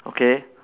okay